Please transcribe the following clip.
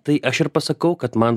tai aš ir pasakau kad man